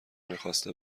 میخواسته